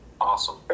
Awesome